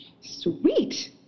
Sweet